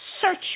search